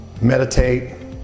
Meditate